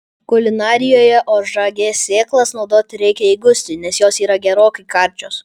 kulinarijoje ožragės sėklas naudoti reikia įgusti nes jos yra gerokai karčios